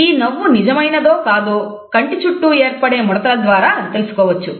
ఈ నవ్వు నిజమైనదో కాదో కంటి చుట్టూ ఏర్పడే ముడతల ద్వారా తెలుసుకోవచ్చు